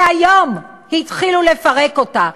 והיום התחילו לפרק אותה.